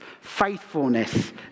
faithfulness